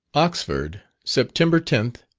oxford, september tenth,